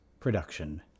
Production